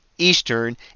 Eastern